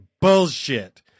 bullshit